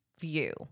view